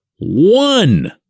one